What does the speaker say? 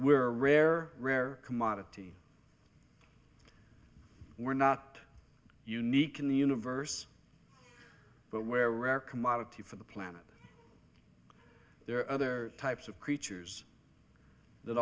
we're a rare rare commodity we're not unique in the universe but where rare commodity for the planet there are other types of creatures that